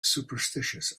superstitious